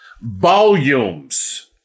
volumes